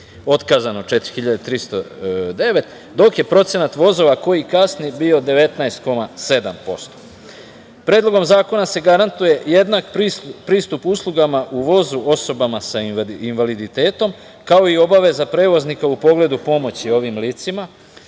otkazano 4.309, dok je procenat vozova koji kasne bio 19,7%.Predlogom zakona se garantuje jednak pristup uslugama u vozu osobama sa invaliditetom, kao i obaveza prevoznika u pogledu pomoći ovim licima